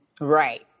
Right